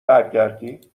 برگردی